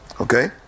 Okay